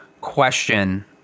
question